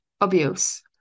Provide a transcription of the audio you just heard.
abuse